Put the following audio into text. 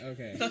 Okay